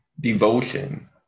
Devotion